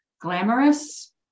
glamorous